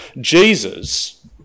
Jesus